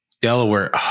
Delaware